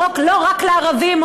או לא רק לערבים,